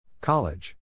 College